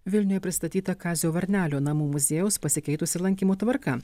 vilniuje pristatyta kazio varnelio namų muziejaus pasikeitusi lankymo tvarka